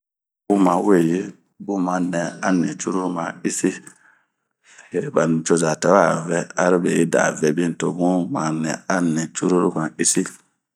Bun maweyi bun ma nɛ anicuru ma issi, he banicoza tawɛ a ŋɛ arobeda ŋɛ tobun ma nɛ a nicuru ma isi.